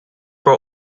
for